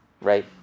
right